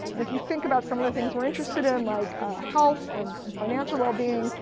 and if you think about some of the things we're interested in like health and and financial well being,